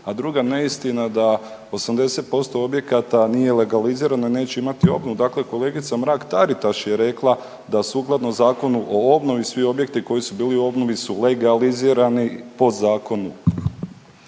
A druga neistina da 80% objekata nije legalizirani i neće imati obnovu. Dakle, kolegica Mrak Taritaš je rekla da sukladno Zakonu u obnovi svi objekti koji su bili u obnovi su legalizirani po zakonu.